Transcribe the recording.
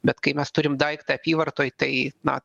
bet kai mes turim daiktą apyvartoj tai na